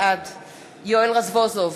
בעד יואל רזבוזוב,